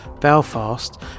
Belfast